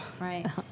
Right